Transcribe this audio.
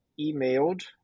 emailed